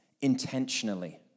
intentionally